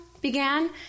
began